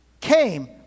came